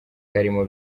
karimo